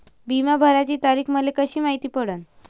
बिमा भराची तारीख मले कशी मायती पडन?